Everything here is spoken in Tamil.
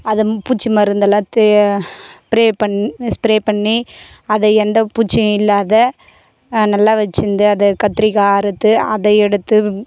அதை பூச்சி மருந்தெல்லாம் தே ஸ்ப்ரே பண் ஸ்ப்ரே பண்ணி அதை எந்த பூச்சியும் இல்லாத நல்லா வச்சிருந்து அதை கத்திரிக்காய் அறுத்து அதை எடுத்து